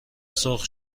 سرخ